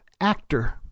actor